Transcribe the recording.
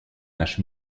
наш